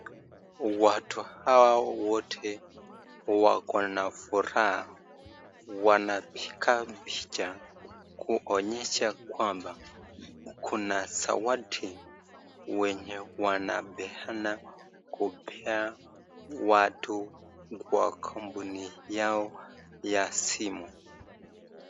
Watu hawa wote wako na furaha, wanapiga picha kuonyesha kwamba kuna zawadi wenye wanapeana, kupea watu wa kampuni yao ya simu.